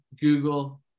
Google